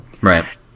Right